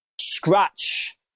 scratch